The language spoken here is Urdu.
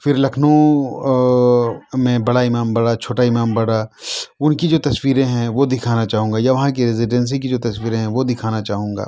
پھر لکھنؤ میں بڑا امام باڑہ چھوٹا امام باڑہ ان کی جو تصویریں ہیں وہ دکھانا چاہوں گا یا وہاں کی ریزیڈنسی کی جو تصویریں ہیں وہ دکھانا چاہوں گا